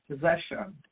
possession